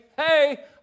Hey